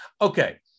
okay